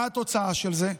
מה התוצאה של זה?